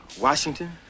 Washington